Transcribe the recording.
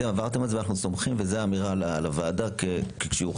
אתם עברתם על זה ואנחנו סומכים וזו אמירה לוועדה שיוחלט.